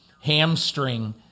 hamstring